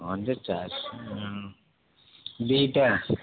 ହଁ ଯେ ଚାରିଶହ ଦୁଇଟା